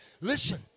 Listen